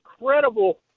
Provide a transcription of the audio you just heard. incredible